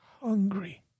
hungry